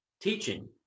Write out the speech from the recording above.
teaching